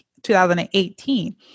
2018